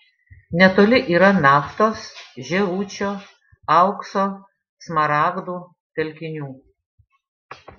netoli yra naftos žėručio aukso smaragdų telkinių